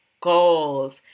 goals